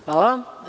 Hvala.